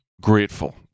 grateful